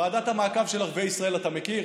את ועדת המעקב של ערביי ישראל אתה מכיר?